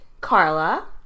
Carla